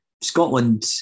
Scotland